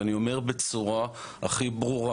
ואני אומר בצורה הכי ברורה,